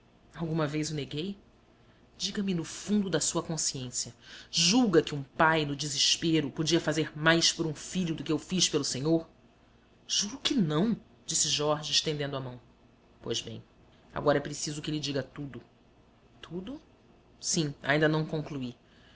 alguma vez o neguei diga-me do fundo da sua consciência julga que um pai no desespero podia fazer mais por um filho do que eu fiz pelo senhor juro que não disse jorge estendendo a mão pois bem agora é preciso que lhe diga tudo tudo sim ainda não concluí